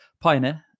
Pioneer